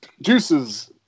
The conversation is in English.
juices